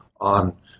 on